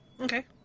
Okay